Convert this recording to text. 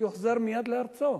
יוחזר מייד לארצו.